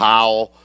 Powell